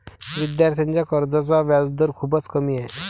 विद्यार्थ्यांच्या कर्जाचा व्याजदर खूपच कमी आहे